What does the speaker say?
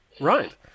Right